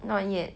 not yet